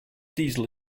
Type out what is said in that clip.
diesel